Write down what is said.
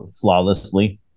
flawlessly